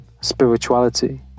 spirituality